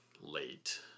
late